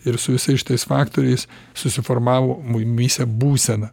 ir su visais šitais faktoriais susiformavo mumyse būsena